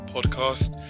Podcast